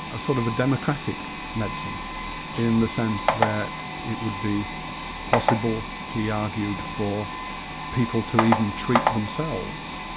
a sort of a democratic medicine in the sense that it would be possible, he argued, for people to even treat themselves,